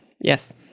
yes